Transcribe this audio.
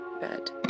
bed